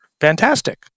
fantastic